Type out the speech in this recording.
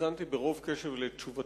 האזנתי ברוב קשב לתשובתך,